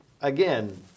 again